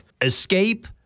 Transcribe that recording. Escape